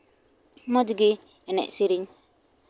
ᱟᱨ ᱢᱚᱡᱽᱜᱮ ᱮᱱᱮᱡ ᱥᱮᱨᱮᱧ